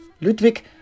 Ludwig